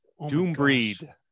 Doombreed